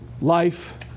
Life